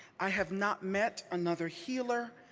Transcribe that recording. i have not met another healer,